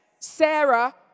Sarah